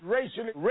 Racially